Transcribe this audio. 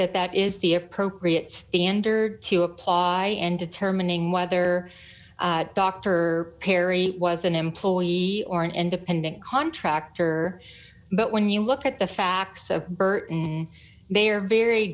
that that is the appropriate standard to apply and determining whether dr perry was an employee or an independent contractor but when you look at the facts of burton they are very